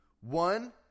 one